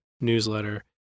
newsletter